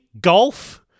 golf